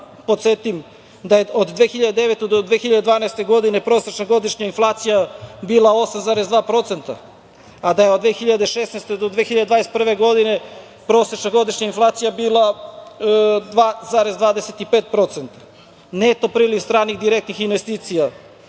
podsetim da je od 2009. do 2012. godine prosečna godišnja inflacija bila 8,2%, a da je od 2016. do 2021. godine prosečna godišnja inflacija bila 2,25%.Neto priliv stranih direktnih investicija